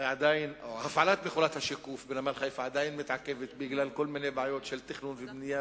עדיין מתעכבת בגלל כל מיני בעיות של תכנון ובנייה